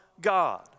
God